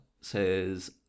says